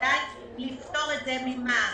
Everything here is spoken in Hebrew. ודאי לפטור את זה ממע"מ.